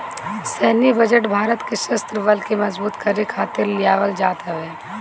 सैन्य बजट भारत के शस्त्र बल के मजबूत करे खातिर लियावल जात हवे